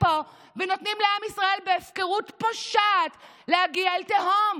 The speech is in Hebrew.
פה ונותנים לעם ישראל בהפקרות פושעת להגיע אל תהום.